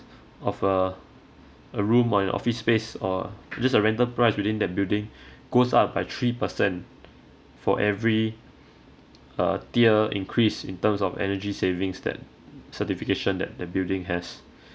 of uh a room or your office space or just a rental price within the building goes up by three percent for every uh tier increase in terms of energy savings that certification that the building has